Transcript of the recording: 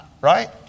Right